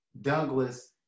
Douglas